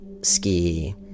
ski